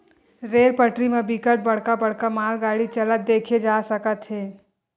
rail पटरी म बिकट बड़का बड़का मालगाड़ी चलत देखे जा सकत हे